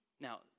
Now